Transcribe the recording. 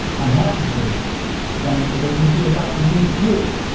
i'm happy for them and there could be enough for me, too.